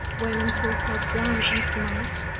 when i should have done as much,